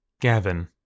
Gavin